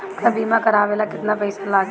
हमका बीमा करावे ला केतना पईसा लागी?